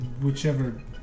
whichever